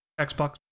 Xbox